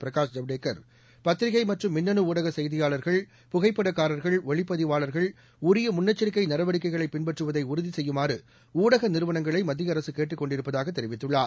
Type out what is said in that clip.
பிரகாஷ் ஐவ்டேகர் பத்திரிக்கைமற்றும் மின்னனுஊடகசெய்தியாளர்கள் புகைப்படக்காரர்கள் ஒளிப்பதிவாளர்கள் உரியமுன்னெச்சிக்கைநடவடிக்கைகளைபின்பற்றுவதைஉறுதிசெய்யுமாறுஊடகநிறுவனங்களைமத்தியஅரககேட் டுக் கொண்டிருப்பதாகதெரிவித்துள்ளார்